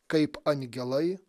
kaip angelai